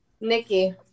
Nikki